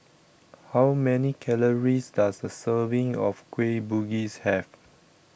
how many calories does a serving of Kueh Bugis have